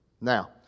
Now